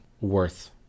worth